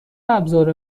ابزار